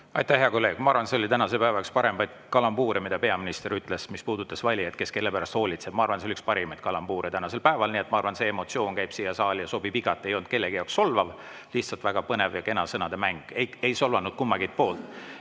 Aitäh, hea kolleeg! Ma arvan, et see oli üks tänase päeva parimaid kalambuure, mis peaminister ütles ja mis puudutas valijaid – et kes kelle pärast muretseb. Ma arvan, et see oli üks parimaid kalambuure tänasel päeval. Ja ma arvan, et emotsioon sobib siia saali igati. See ei olnud kellegi jaoks solvav, lihtsalt väga põnev ja kena sõnademäng, ei solvanud kumbagi poolt. Ja